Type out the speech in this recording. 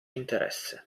interesse